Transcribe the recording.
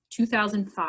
2005